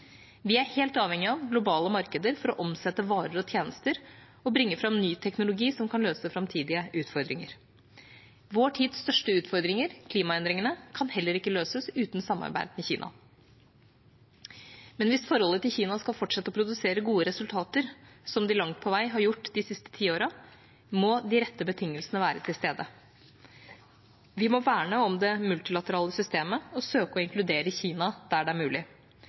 Vi er helt avhengige av globale markeder for å omsette varer og tjenester og bringe fram ny teknologi som kan løse framtidige utfordringer. Vår tids største utfordring – klimaendringene – kan heller ikke løses uten samarbeid med Kina. Men hvis forholdet til Kina skal fortsette å produsere gode resultater, som det langt på vei har gjort de siste tiårene, må de rette betingelsene være til stede. Vi må verne om det multilaterale systemet og søke å inkludere Kina der det er mulig.